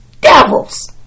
Devils